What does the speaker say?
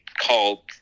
called